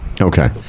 Okay